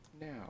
now